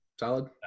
Solid